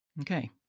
Okay